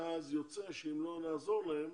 ואז יוצא שאם לא נעזור להם